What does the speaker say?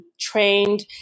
trained